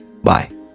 Bye